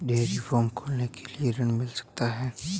Dairy farm खोलने के लिए ऋण मिल सकता है?